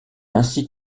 ainsi